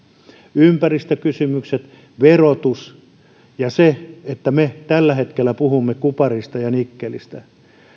ympäristökysymykset verotus ja se että me tällä hetkellä puhumme kuparista ja nikkelistä